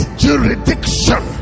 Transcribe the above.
jurisdiction